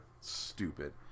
Stupid